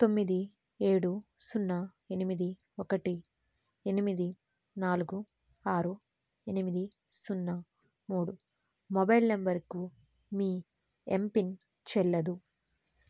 తొమ్మిది ఏడు సున్నా ఎనిమిది ఒకటి ఎనిమిది నాలుగు ఆరు ఎనిమిది సున్నా మూడు మొబైల్ నంబరుకు మీ ఎంపిన్ చెల్లదు